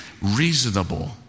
reasonable